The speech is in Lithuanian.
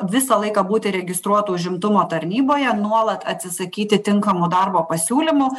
visą laiką būti registruotu užimtumo tarnyboje nuolat atsisakyti tinkamų darbo pasiūlymų